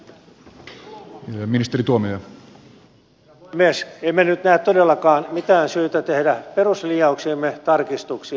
emme nyt näe todellakaan mitään syytä tehdä peruslinjauksiimme tarkistuksia